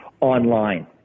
online